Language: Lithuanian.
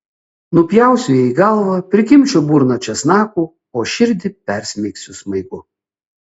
nupjausiu jai galvą prikimšiu burną česnakų o širdį persmeigsiu smaigu